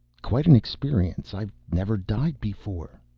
quite an experience. i've never died before.